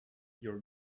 your